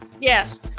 yes